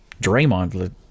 Draymond